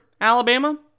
Alabama